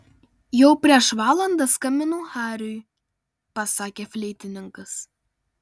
jau prieš valandą skambinau hariui pasakė fleitininkas